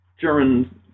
German